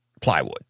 Plywood